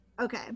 Okay